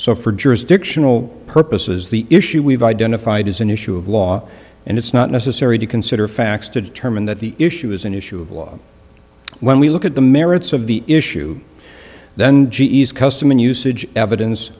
for jurisdictional purposes the issue we've identified is an issue of law and it's not necessary to consider facts to determine that the issue is an issue of law when we look at the merits of the issue then g e s custom in usage evidence